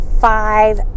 five